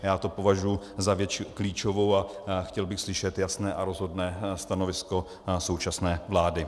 Já to považuji za věc klíčovou a chtěl bych slyšet jasné a rozhodné stanovisko současné vlády.